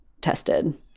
tested